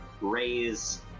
raise